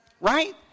Right